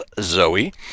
Zoe